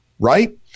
right